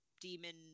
demon